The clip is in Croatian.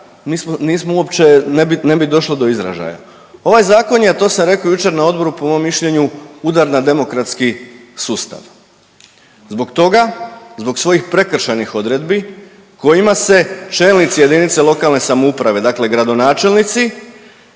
nismo uopće, ne bi, ne bi došlo do izražaja. Ovaj zakon je, a to sam rekao jučer na odboru, po mom mišljenju udar na demokratski sustav. Zbog toga, zbog svojih prekršajnih odredbi kojima se čelnici JLS, dakle gradonačelnici